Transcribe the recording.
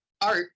art